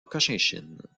cochinchine